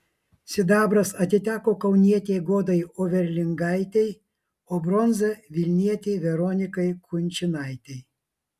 sidabras atiteko kaunietei godai overlingaitei o bronza vilnietei veronikai kunčinaitei